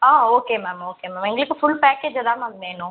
ஆ okay ma'am okay ma'am எங்களுக்கு full பேக்கேஜ்ஜாக தான் மேம் வேணும்